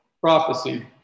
prophecy